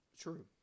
True